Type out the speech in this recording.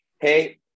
Hey